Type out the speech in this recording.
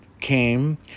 came